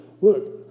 look